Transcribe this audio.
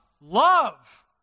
love